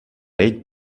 ell